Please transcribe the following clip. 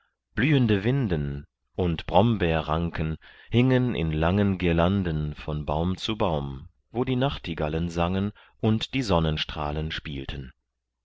blühende winden und brombeerranken hingen in langen guirlanden von baum zu baum wo die nachtigallen sangen und die sonnenstrahlen spielten